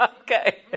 Okay